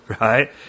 right